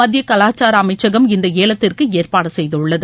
மத்திய கலாச்சார அமைச்சகம் இந்த ஏலத்திற்கு ஏற்பாடு செய்துள்ளது